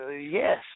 Yes